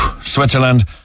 Switzerland